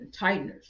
tighteners